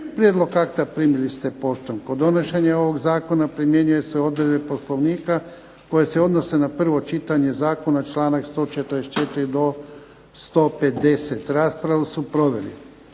Prijedlog akta primili ste poštom. Kod donošenja ovog zakona primjenjuju se odredbe Poslovnika koje se odnose na prvo čitanje zakona, članak 144. do 150. Raspravu su proveli: